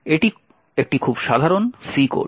এটি একটি খুব সাধারণ C কোড